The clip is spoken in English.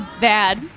bad